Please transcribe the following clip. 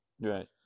Right